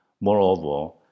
moreover